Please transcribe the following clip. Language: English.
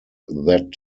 that